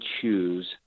choose